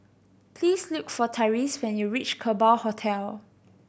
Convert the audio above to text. please look for Tyreese when you reach Kerbau Hotel